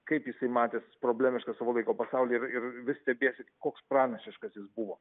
kaip jisai matęs problemišką savo laiko pasaulį ir vis stebiesi koks pranašiškas jis buvo